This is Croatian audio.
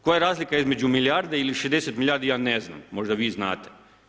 Koja je razlika između milijarde i 60 milijardi ja ne znam, možda vi znate?